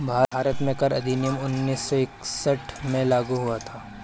भारत में कर अधिनियम उन्नीस सौ इकसठ में लागू हुआ था